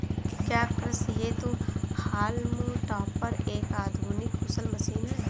क्या कृषि हेतु हॉल्म टॉपर एक आधुनिक कुशल मशीन है?